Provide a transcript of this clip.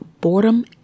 boredom